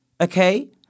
okay